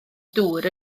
dŵr